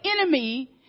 enemy